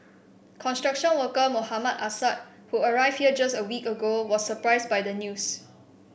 construction worker Mohammad Assad who arrived here just a week ago was surprised by the news